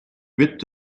huit